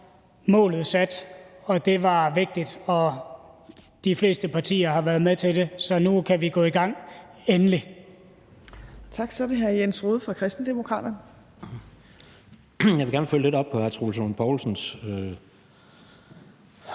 målet sat, det er vigtigt, og de fleste partier har været med til det, så nu kan vi endelig